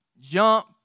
jump